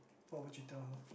what would you tell her